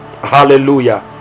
Hallelujah